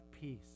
Peace